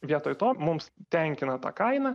vietoj to mums tenkina ta kaina